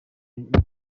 yanga